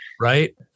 Right